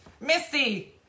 Missy